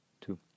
two